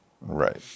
Right